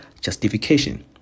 justification